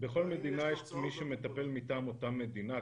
בכל מדינה יש מישהו שמטפל מטעם אותה מדינה.